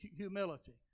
Humility